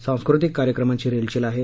सांस्कृतिक कार्यक्रमांची रेलचेल आहे